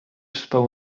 spał